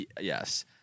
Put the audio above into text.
yes